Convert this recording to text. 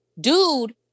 dude